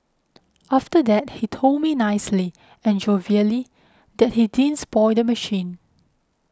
after that he told me nicely and jovially that he didn't spoil the machine